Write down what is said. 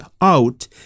out